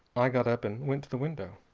i got up and went to the window.